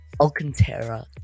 Alcantara